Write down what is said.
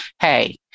hey